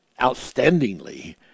Outstandingly